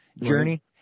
journey